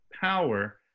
power